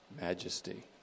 majesty